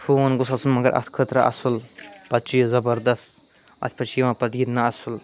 phone گوٚژٕھ آسُن مگر اَتھ خٲطرٕ اَصٕل پتہٕ چھِ یہِ زبردَس اَتھ پٮ۪ٹھ چھِ یوان پتہٕ گِنٛدنہٕ اَصٕل